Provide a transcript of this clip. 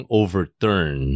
overturn